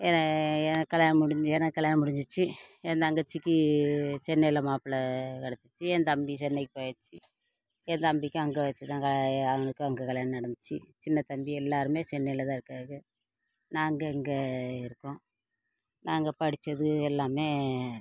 எனக்கு கல்யாணம் முடிஞ்சு எனக்கு கல்யாணம் முடிஞ்சிடுச்சி என் தங்கச்சிக்கு சென்னையில் மாப்பிள்ளை கிடைச்சிச்சி என் தம்பி சென்னைக்கு போயாச்சு என் தம்பிக்கும் அங்கே வச்சு தான் கல்யாணம் அவனுக்கும் அங்கே கல்யாணம் நடந்துச்சு சின்ன தம்பி எல்லோருமே சென்னையில் தான் இருக்காங்க நாங்கள் இங்கே இருக்கோம் நாங்கள் படிச்சது எல்லாம்